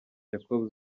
jacob